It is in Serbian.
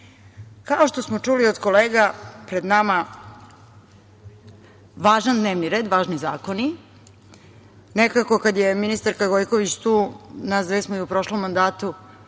što smo čuli od kolega, pred nama važan dnevni red, važni zakoni. Nekako kad je ministarka Gojković tu, nas dve smo i u prošlom mandatu